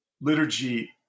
liturgy